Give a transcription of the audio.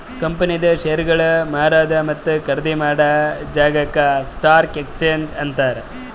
ಕಂಪನಿದು ಶೇರ್ಗೊಳ್ ಮಾರದು ಮತ್ತ ಖರ್ದಿ ಮಾಡಾ ಜಾಗಾಕ್ ಸ್ಟಾಕ್ ಎಕ್ಸ್ಚೇಂಜ್ ಅಂತಾರ್